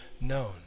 known